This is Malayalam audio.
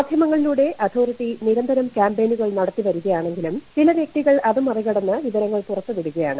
മാധ്യമങ്ങളിലൂടെ അതോറിറ്റി നിരന്തരം ക്യാമ്പെയിനുകൾ നടത്തിവരികയാണെങ്കിലും ചില വ്യക്തികൾ അത് മറികടന്ന് വിവരങ്ങൾ പുറത്തൂപ്പിടു്കയാണ്